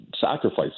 sacrifice